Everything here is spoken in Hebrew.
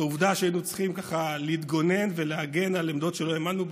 העובדה שהיינו צריכים ככה להתגונן ולהגן על עמדות שלא האמנו בהן,